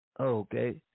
Okay